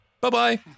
Bye-bye